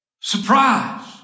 surprise